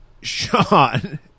Sean